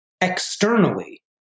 externally